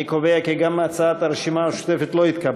אני קובע כי גם הצעת הרשימה המשותפת לא התקבלה.